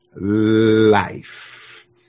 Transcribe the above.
life